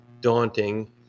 daunting